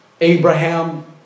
Abraham